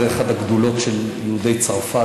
זו אחת הגדולות של יהודי צרפת,